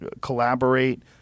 collaborate